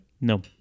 No